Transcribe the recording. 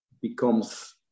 becomes